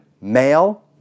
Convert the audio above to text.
male